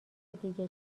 دیگه